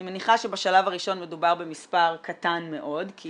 אני מניחה שבשלב הראשון מדובר במספר קטן מאוד כי